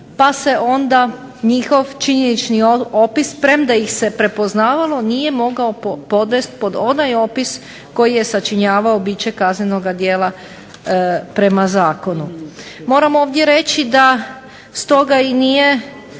pa se onda njihov činjenični opis premda ih se prepoznavalo nije mogao podvest pod onaj opis koji je sačinjavao biće kaznenog dijela prema Zakonu. Moram reći da mi je